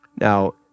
Now